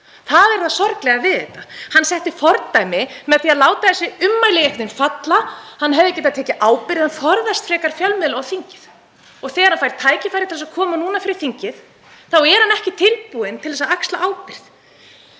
Það er það sorglega við þetta. Hann setti fordæmi með því að láta þessi ummæli falla. Hann hefði getað tekið ábyrgð en forðast frekar fjölmiðla og þing. Og þegar hann fær tækifæri til að koma fyrir þingið þá er hann ekki tilbúinn til að axla ábyrgð.